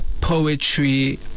Poetry